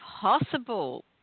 possible